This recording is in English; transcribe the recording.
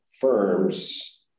firms